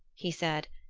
he said,